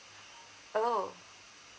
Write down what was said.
oh